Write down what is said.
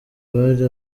bari